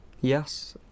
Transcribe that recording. Yes